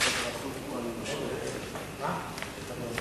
לתיקון פקודת העיריות (מס'